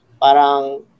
parang